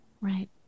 Right